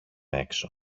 έξω